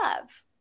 love